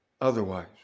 otherwise